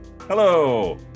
Hello